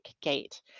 gate